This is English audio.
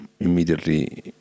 immediately